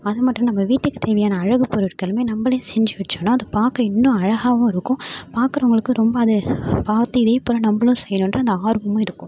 அது மட்டும் நம்ம வீட்டுக்கு தேவையான அழகு பொருட்களுமே நம்மளே செஞ்சு வைச்சோனா அதை பார்க்க இன்னும் அழகாகவும் இருக்கும் பார்க்குறவங்களுக்கும் ரொம்ப அது பார்த்து இதேபோல் நம்மளும் செய்யணுன்ற அந்த ஆர்வமும் இருக்கும்